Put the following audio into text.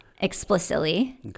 Explicitly